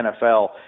NFL